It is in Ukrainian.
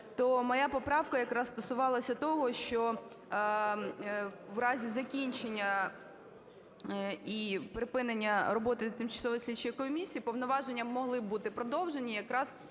то моя поправка якраз стосувалася того, що в разі закінчення і припинення роботи тимчасової слідчої комісії повноваження могли б бути продовжені якраз